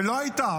שלא הייתה.